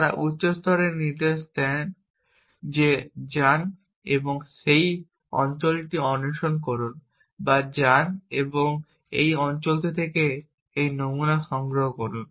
তারা উচ্চ স্তরের নির্দেশ দেয় যে যান এবং সেই অঞ্চলটি অন্বেষণ করুন বা যান এবং এই অঞ্চল থেকে এর নমুনা সংগ্রহ করুন